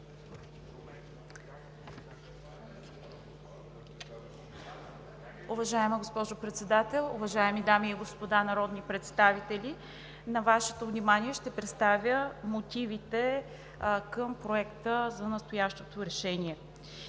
Уважаема госпожо Председател, уважаеми дами и господа народни представители! На Вашето внимание ще представя мотивите към Проекта за настоящото решение.